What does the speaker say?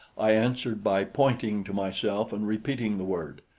i answered by pointing to myself and repeating the word.